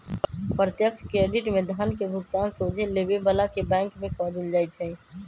प्रत्यक्ष क्रेडिट में धन के भुगतान सोझे लेबे बला के बैंक में कऽ देल जाइ छइ